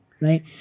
right